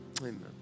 Amen